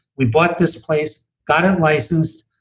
we bought this place, got it licensed,